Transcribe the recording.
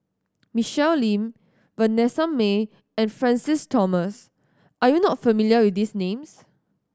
Michelle Lim Vanessa Mae and Francis Thomas are you not familiar with these names